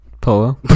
Polo